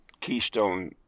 Keystone